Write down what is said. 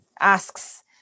asks